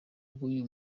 wuyu